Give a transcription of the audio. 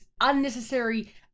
unnecessary